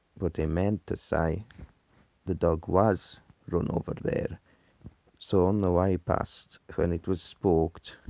but he meant to say the dog was run over there so on the way past, when it was spooked,